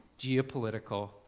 geopolitical